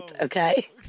okay